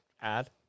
Add